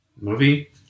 Movie